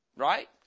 Right